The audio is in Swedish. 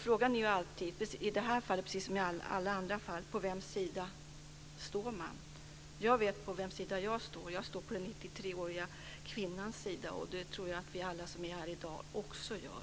Frågan i detta fall precis som i alla andra fall är på vems sida man står. Jag vet på vems sida jag står. Jag står på den 93 åriga kvinnans sida, och det tror jag att vi alla som är här i dag gör.